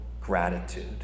gratitude